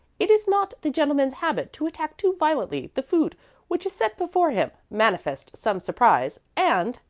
it is not the gentleman's habit to attack too violently the food which is set before him, manifest some surprise, and,